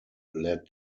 led